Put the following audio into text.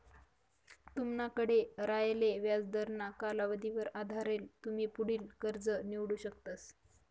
तुमनाकडे रायेल व्याजदरना कालावधीवर आधारेल तुमी पुढलं कर्ज निवडू शकतस